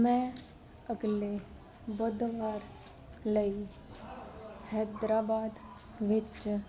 ਮੈਂ ਅਗਲੇ ਬੁੱਧਵਾਰ ਲਈ ਹੈਦਰਾਬਾਦ ਵਿੱਚ